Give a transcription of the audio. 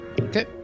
Okay